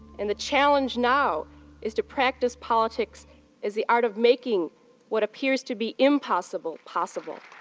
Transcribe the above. and the challenge now is to practice politics as the art of making what appears to be impossible possible.